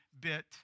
bit